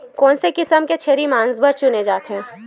कोन से किसम के छेरी मांस बार चुने जाथे?